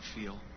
feel